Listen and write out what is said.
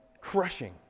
crushing